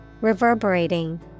Reverberating